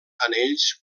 anells